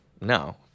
No